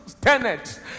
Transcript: tenets